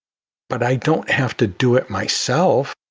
but i don't have to do it myself.